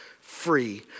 free